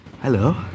Hello